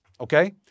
okay